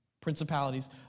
principalities